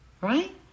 Right